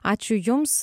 ačiū jums